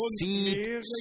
seed